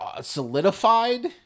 solidified